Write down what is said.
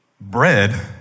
bread